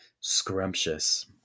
scrumptious